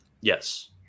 Yes